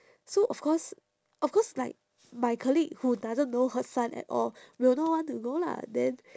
so of course of course like my colleague who doesn't know her son at all will not want to go lah then